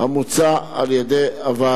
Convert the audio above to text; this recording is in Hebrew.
הצעת חוק זו, אשר יזמו חברי הכנסת אורי